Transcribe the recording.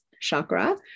chakra